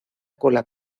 cola